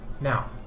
Now